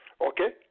Okay